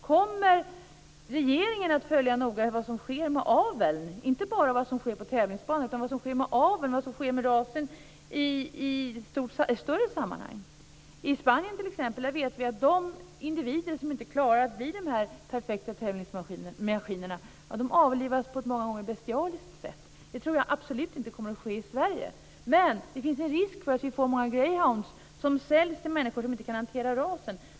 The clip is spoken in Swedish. Kommer regeringen noga att följa vad som sker med aveln - alltså inte bara vad som sker på tävlingsbanan utan vad som sker med aveln och med rasen i ett större sammanhang? I Spanien vet vi t.ex. att de individer som inte klarar av att bli perfekta tävlingsmaskiner avlivas på ett många gånger bestialiskt sätt. Det tror jag absolut inte kommer att ske i Sverige, men det finns en risk för att vi får många greyhounds som säljs till människor som inte kan hantera rasen.